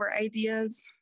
ideas